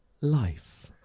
life